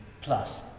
plus